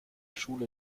schule